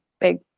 big